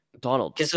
Donald